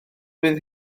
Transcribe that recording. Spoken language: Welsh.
bydd